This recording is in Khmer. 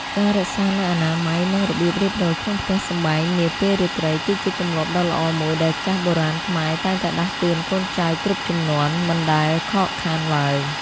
ការរក្សានូវអនាម័យ និងរបៀបរៀបរយក្នុងផ្ទះសម្បែងនាពេលរាត្រីគឺជាទម្លាប់ដ៏ល្អមួយដែលចាស់បុរាណខ្មែរតែងតែដាស់តឿនកូនចៅគ្រប់ជំនាន់មិនដែលខកខានឡើយ។